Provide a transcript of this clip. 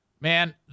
man